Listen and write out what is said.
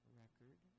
record